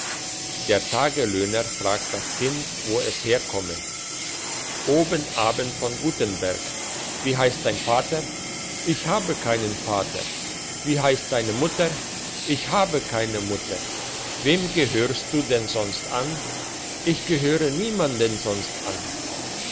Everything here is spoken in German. der taglöhner fragt das kind wo es herkomme oben aben von gutenberg wie heisst dein vater ich habe keinen vater wie heisst deine mutter ich habe keine mutter wem gehörst du denn sonst an ich gehöre niemand sonst an